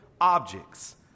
objects